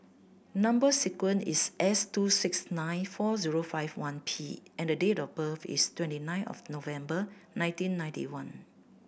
number sequence is S two six nine four zero five one P and date of birth is twenty nine of November nineteen ninety one